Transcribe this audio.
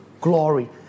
glory